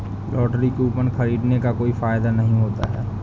lottery coupon खरीदने का कोई फायदा नहीं होता है